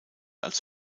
als